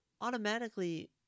automatically